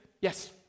Yes